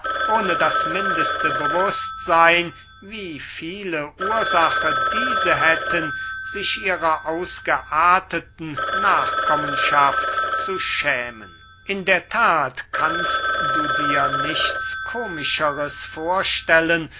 ohne das mindeste bewußtseyn wie viele ursache diese hätten sich ihrer ausgearteten nachkommenschaft zu schämen in der that kannst du dir nichts komischeres vorstellen